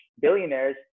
billionaires